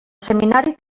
seminari